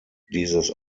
dieses